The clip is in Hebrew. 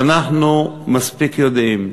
שאנחנו מספיק יודעים.